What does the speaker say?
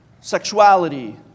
sexuality